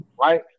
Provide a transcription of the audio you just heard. right